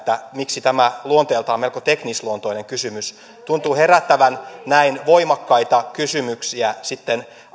miksi tämä luonteeltaan melko teknisluonteinen kysymys tuntuu herättävän näin voimakkaita kysymyksiä